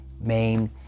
main